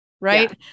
right